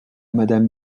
madame